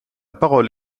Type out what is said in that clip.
parole